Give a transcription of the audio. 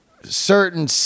certain